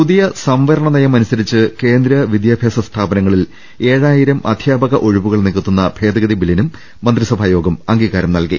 പുതിയ സംവരണനയം അനുസരിച്ച് കേന്ദ്ര വിദ്യാഭ്യാസ സ്ഥാപനങ്ങ ളിൽ ഏഴായിരം അധ്യാപകരുടെ ഒഴിവുകൾ നികത്തുന്ന ഭേദഗതി ബില്ലിനും മന്ത്രിസഭായോഗം അംഗീകാരം നൽകി